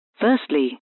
Firstly